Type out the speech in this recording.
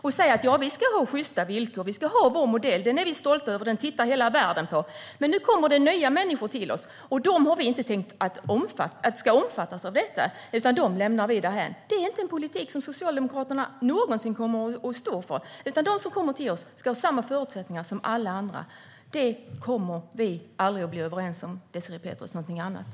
Det ska vara sjysta villkor och vår modell som vi är stolta över och som hela världen tittar på. Men nu kommer det nya människor till oss. Ska de lämnas därhän och inte omfattas av detta? Det är inte en politik som Socialdemokraterna någonsin kommer att stå för. De som kommer till oss ska ha samma förutsättningar som alla andra. Något annat kommer vi aldrig att bli överens om, Désirée Pethrus.